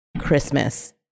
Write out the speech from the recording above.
Christmas